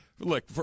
Look